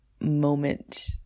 moment